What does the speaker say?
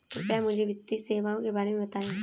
कृपया मुझे वित्तीय सेवाओं के बारे में बताएँ?